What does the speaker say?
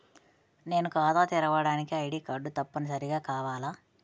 నేను ఖాతా తెరవడానికి ఐ.డీ కార్డు తప్పనిసారిగా కావాలా?